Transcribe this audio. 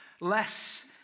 less